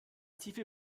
tiefe